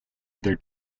other